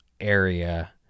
area